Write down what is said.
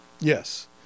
Yes